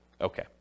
Okay